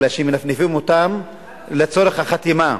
אלא שמנפנפים אותם לצורך החתימה,